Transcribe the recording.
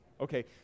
Okay